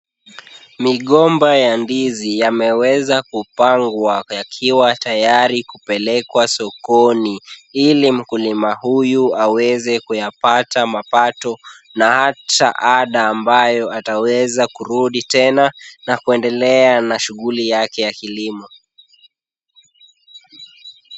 Migomba ya ndizi yameweza kupangwa yakiwa tayari kupelekwa sokoni, ili mkulima huyu aweze kuyapata mapato na hata ada ambayo ataweza kurudi tena na kuendelea na shughuli yake ya kilimo.